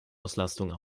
auslastung